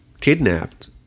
kidnapped